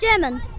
German